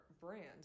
brands